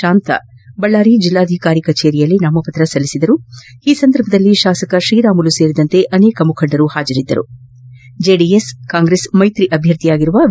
ತಾಂತಾ ಬಳ್ಳಾರಿ ಜಿಲ್ವಾಧಿಕಾರಿ ಕಚೇರಿಯಲ್ಲಿ ನಾಮಪತ್ರ ಸಲ್ಲಿಸಿದರು ಈ ಸಂದರ್ಭದಲ್ಲಿ ಶಾಸಕ ಶ್ರೀರಾಮುಲು ಸೇರಿದಂತೆ ಅನೇಕ ಮುಖಂಡರು ಪಾಜರಿದ್ದರು ಜೆಡಿಎಸ್ ಕಾಂಗ್ರೆಸ್ ಮೈತ್ರಿ ಅಧ್ಯರ್ಥಿ ವಿ